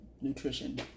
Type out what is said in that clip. nutrition